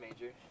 major